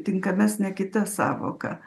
tinkamesnė kita sąvoka